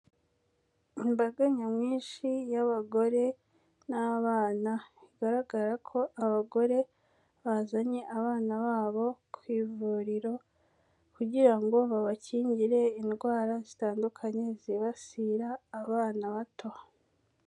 Imbaga nyamwinshi y'abagore n'abana, bigaragara ko abagore bazanye abana babo ku ivuriro kugira ngo babakingire indwara zitandukanye zibasira abana bato.